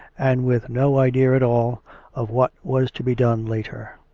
and with no idea at all of what was to be done later.